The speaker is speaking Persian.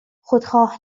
خودخواه